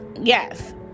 yes